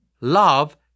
Love